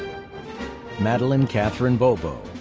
madeline katherine bobo,